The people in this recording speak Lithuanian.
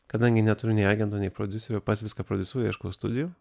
kadangi neturiu nei agento nei prodiuserio pats viską prodiusuoju ieškau studijų